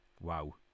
Wow